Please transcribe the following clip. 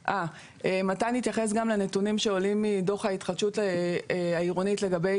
מתן התייחס גם לנתונים שעולים מדוח ההתחדשות העירונית לגבי